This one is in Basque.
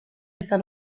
esan